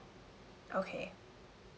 okay